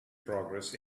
progress